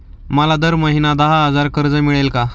मला दर महिना दहा हजार कर्ज मिळेल का?